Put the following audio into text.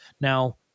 Now